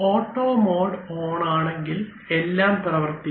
auto mode on ആണെങ്കിൽ എല്ലാം പ്രവർത്തിക്കും